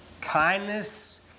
kindness